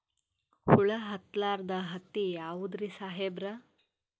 ಹುಳ ಹತ್ತಲಾರ್ದ ಹತ್ತಿ ಯಾವುದ್ರಿ ಸಾಹೇಬರ?